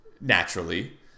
naturally